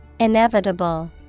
Inevitable